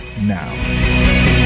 now